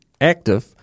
active